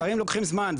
הדברים לוקחים זמן,